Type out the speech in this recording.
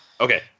Okay